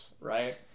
right